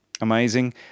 amazing